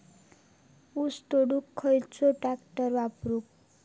ऊस तोडुक खयलो ट्रॅक्टर वापरू?